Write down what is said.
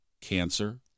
Cancer